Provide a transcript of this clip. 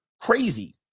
crazy